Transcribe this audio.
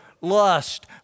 lust